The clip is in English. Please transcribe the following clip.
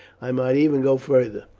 i might even go further.